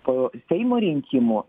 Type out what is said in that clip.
po seimo rinkimų